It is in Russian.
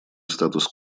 статус